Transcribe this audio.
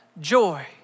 joy